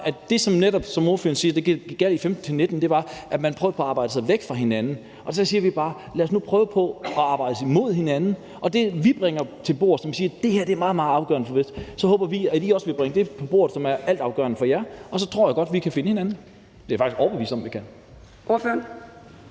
at det, som ordføreren siger gjaldt fra 2015 til 2019, var, at man prøvede på at arbejde sig væk fra hinanden, og så siger vi bare: Lad os nu prøve på at arbejde os hen imod hinanden. Vi bringer noget med til bordet og siger, at det er meget, meget afgørende for os, og vi håber så, at I også vil bringe det, som er altafgørende for jer, med til bordet, og så tror jeg godt, at vi kan finde hinanden. Det er jeg faktisk overbevist om at vi kan.